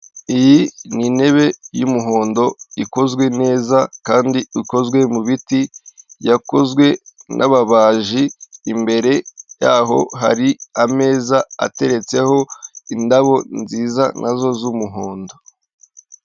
Iyi ni intebe y'umuhondo ikozwe neza kandi ikozwe mu biti yakozwe n'nababaji imbere yaho hari ameza ateretseho indabo nziza nazo z'umuhondo.